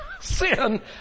Sin